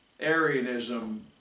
Arianism